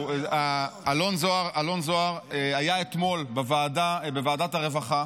אלון זוהר היה אתמול בוועדת הרווחה,